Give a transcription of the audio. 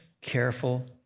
careful